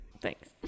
Thanks